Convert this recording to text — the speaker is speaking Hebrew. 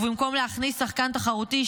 ובמקום להכניס שחקן תחרותי,